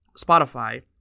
Spotify